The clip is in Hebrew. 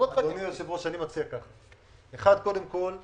אדוני היושב-ראש, אני מציע ככה: יכול להיות